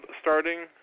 starting